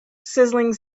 sizzling